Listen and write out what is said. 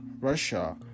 russia